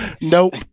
Nope